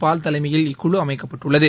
பால் தலைமையில் இக்குழு அமைக்கப்பட்டுள்ளது